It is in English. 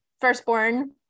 firstborn